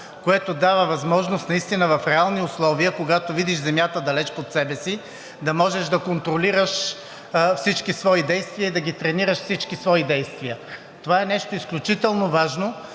Това дава възможност наистина в реални условия, когато видиш земята далече пред себе си, да можеш да контролираш всички свои действия, да тренираш всички свои действия. Това е нещо изключително важно